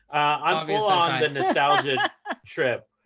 i'm full on the nostalgia trip,